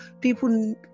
people